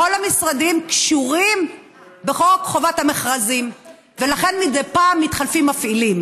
כל המשרדים קשורים בחוק חובת המכרזים ולכן מדי פעם מתחלפים מפעילים,